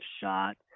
shot